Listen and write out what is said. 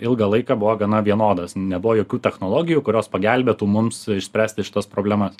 ilgą laiką buvo gana vienodas nebuvo jokių technologijų kurios pagelbėtų mums išspręsti šitas problemas